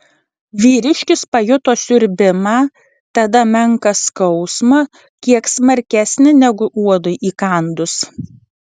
vyriškis pajuto siurbimą tada menką skausmą kiek smarkesnį negu uodui įkandus